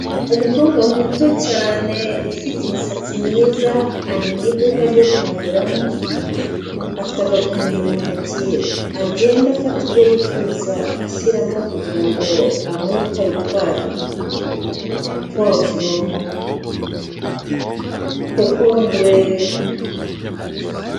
Umukobwa muto cyane ufite imisatsi myiza ari mu iduka ryo guhahiramo, afite agapaniye mu ntoki agenda afata ibyo yifuza ashyiramo kugira ngo abone uko abitwara. Puwavuro, kokombure,...